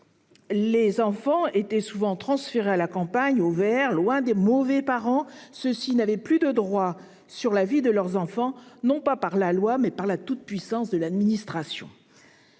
Les enfants étaient souvent transférés à la campagne, au vert, loin des « mauvais parents ». Ceux-ci n'avaient plus de droits sur la vie de leurs enfants du fait, non de la loi, mais de la toute-puissance de l'administration.